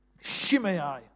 Shimei